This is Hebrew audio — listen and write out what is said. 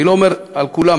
אני לא מדבר על כולם,